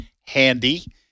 handy